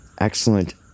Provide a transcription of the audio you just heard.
excellent